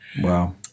Wow